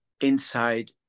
inside